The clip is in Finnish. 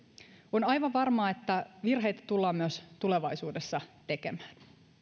on aivan varmaa että virheitä tullaan myös tulevaisuudessa tekemään